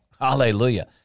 hallelujah